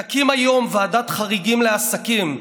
תקים היום ועדת חריגים לעסקים.